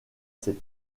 ses